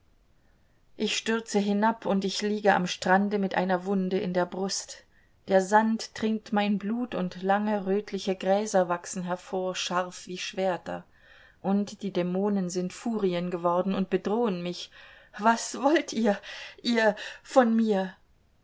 ich stürze hinab und ich liege am strande mit einer wunde in der brust der sand trinkt mein blut und lange rötliche gräser wachsen hervor scharf wie schwerter und die dämonen sind furien geworden und bedrohen mich was wollt ihr ihr von mir